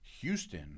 Houston –